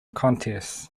contests